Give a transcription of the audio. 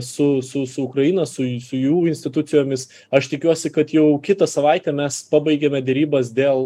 su su su ukraina su su jų institucijomis aš tikiuosi kad jau kitą savaitę mes pabaigėme derybas dėl